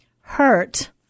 hurt